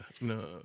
no